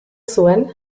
zuen